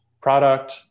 product